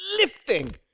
lifting